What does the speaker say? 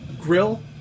grill